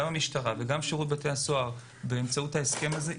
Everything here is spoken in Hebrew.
גם המשטרה וגם שירות בתי הסוהר באמצעות ההסכם הזה,